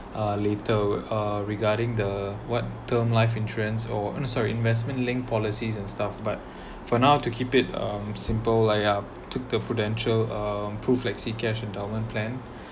uh later uh regarding the what term life insurance or uh no sorry investment linked policies and stuff but for now to keep it um simple lah ya took the prudential uh pruflexicash endowment plan